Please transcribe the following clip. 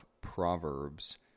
Proverbs